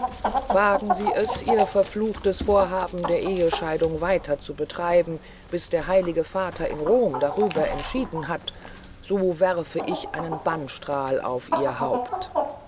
wagen sie es ihr verfluchtes vorhaben der ehescheidung weiter zu betreiben bis der heilige vater in rom darüber entschieden hat so werfe ich seinen bannstrahl auf ihr haupt